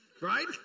right